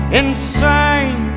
insane